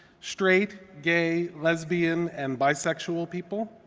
straight, gay, lesbian, and bisexual people.